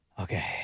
Okay